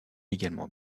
également